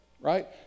right